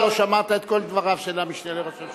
שר הביטחון עשה את חוק טל.